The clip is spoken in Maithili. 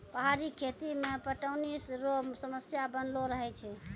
पहाड़ी खेती मे पटौनी रो समस्या बनलो रहै छै